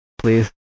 please